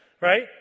right